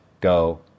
go